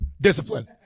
Discipline